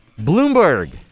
bloomberg